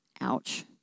Ouch